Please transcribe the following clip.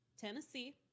Tennessee